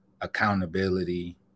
accountability